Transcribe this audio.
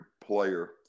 player